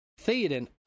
Theoden